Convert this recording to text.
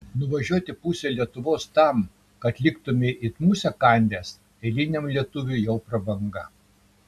nuvažiuoti pusę lietuvos tam kad liktumei it musę kandęs eiliniam lietuviui jau prabanga